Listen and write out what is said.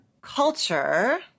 culture